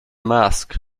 mask